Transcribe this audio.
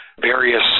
various